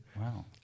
Wow